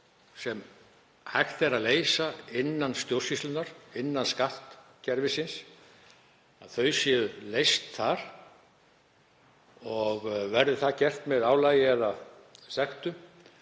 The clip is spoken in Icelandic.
sem hægt er að leysa innan stjórnsýslunnar, innan skattkerfisins, séu leyst þar og verði það gert með álagi eða sektum